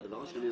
והדבר השני,